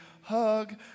hug